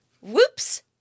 Whoops